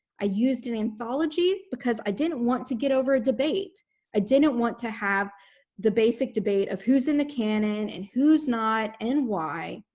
i used an anthology because i didn't want to get in a debate i didn't want to have the basic debate of who's in the canon and who's not and why?